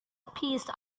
piece